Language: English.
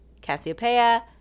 Cassiopeia